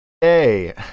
Hey